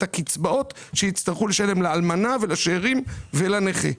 הקצבאות שיצטרכו לשלם לאלמנה ולשארים ולנכה.